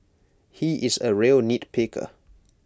he is A real nitpicker